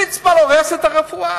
ליצמן הורס את הרפואה,